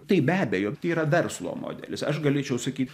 tai be abejo tai yra verslo modelis aš galėčiau sakyt